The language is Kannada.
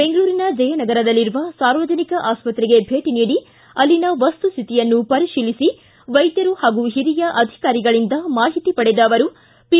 ಬೆಂಗಳೂರಿನ ಜಯನಗರದಲ್ಲಿರುವ ಸಾರ್ವಜನಿಕ ಆಸ್ಪತ್ರೆಗೆ ಭೇಟಿ ನೀಡಿ ಅಲ್ಲಿನ ವಸ್ತುಹಿತಿಯನ್ನು ಪರಿಶೀಲಿಸಿ ವೈದ್ಯರು ಹಾಗೂ ಓರಿಯ ಅಧಿಕಾರಿಗಳಿಂದ ಮಾಹಿತಿ ಪಡೆದ ಅವರು ಪಿ